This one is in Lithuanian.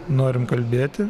norim kalbėti